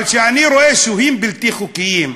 אבל כשאני רואה שוהים בלתי חוקיים,